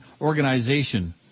organization